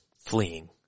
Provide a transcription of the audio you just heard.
fleeing